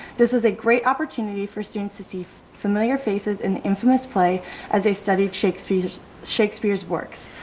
this is a great opportunity for students to see familiar faces in the infamous play as they studied shakespeare's shakespeare's works.